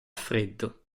freddo